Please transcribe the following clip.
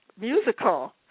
musical